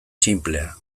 sinplea